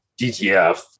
DTF